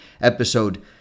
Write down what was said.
episode